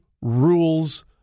rules